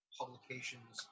publications